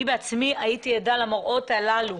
אני בעצמי הייתי עדה למראות הללו,